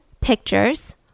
pictures